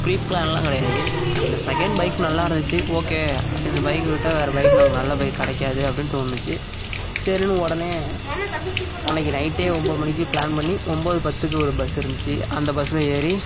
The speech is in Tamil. ப்ரீப்ளானெலாம் கிடையாது அந்த செகண்ட் பைக் நல்லாயிருந்துச்சி ஓகே இந்த பைக்கை விட்டால் வேறு பைக் நமக்கு நல்ல பைக் கிடைக்காது அப்படின்னு தோணுச்சி சரின்னு உடனே அன்றைக்கி நைட்டே ஒம்பது மணிக்கு ப்ளான் பண்ணி ஒம்பது பத்துக்கு ஒரு பஸ் இருந்துச்சு அந்த பஸ்ஸில் ஏறி